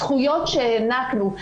זכויות שהענקנו.